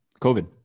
COVID